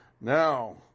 Now